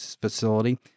facility